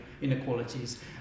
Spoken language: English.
inequalities